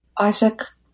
Isaac